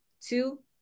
two